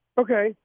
Okay